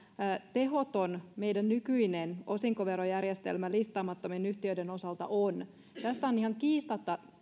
tehoton meidän nykyinen osinkoverojärjestelmämme listaamattomien yhtiöiden osalta on tästä on ihan kiistatta